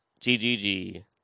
GGG